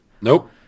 Nope